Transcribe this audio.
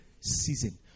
Season